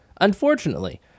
Unfortunately